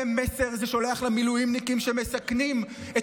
איזה מסר זה שולח למילואימניקים שמסכנים את